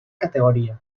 categoria